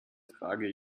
trage